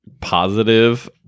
positive